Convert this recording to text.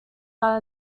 are